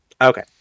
Okay